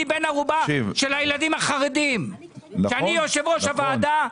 אני בן ערובה של הילדים החרדים כי אני יושב ראש הוועדה.